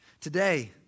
Today